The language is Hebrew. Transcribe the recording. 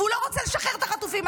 ושהוא לא רוצה לשחרר אותך החטופים.